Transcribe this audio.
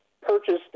purchased